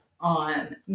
on